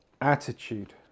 Attitude